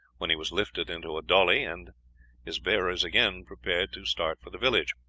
when he was lifted into a dhoolie, and his bearers again prepared to start for the village.